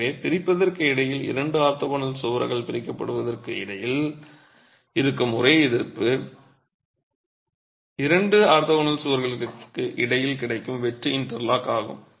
எனவே பிரிப்பதற்கு இடையில் இரண்டு ஆர்த்தோகனல் சுவர்கள் பிரிக்கப்படுவதற்கு இடையில் இருக்கும் ஒரே எதிர்ப்பு இரண்டு ஆர்த்தோகனல் சுவர்களுக்கு இடையில் கிடைக்கும் வெட்டு இன்டர்லாக் ஆகும்